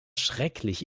schrecklich